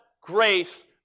grace